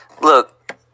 look